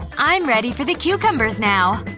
i'm ready for the cucumbers now!